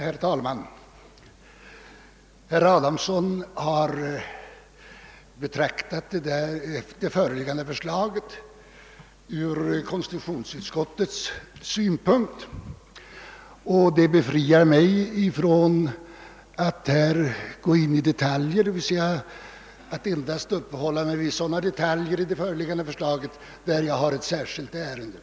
Herr talman! Herr Adamsson har betraktat det föreliggande förslaget från konstitutionsutskottets synpunkt och det befriar mig från att gå in på detaljer i förslaget där jag inte har ett särskilt ärende.